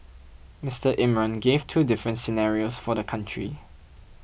Mister Imran gave two different scenarios for the country